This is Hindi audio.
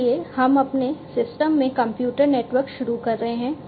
इसलिए हम अपने सिस्टम में कंप्यूटर नेटवर्क शुरू कर रहे हैं